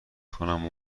کنم